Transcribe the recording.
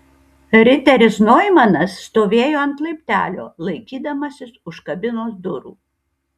riteris noimanas stovėjo ant laiptelio laikydamasis už kabinos durų